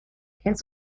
kennst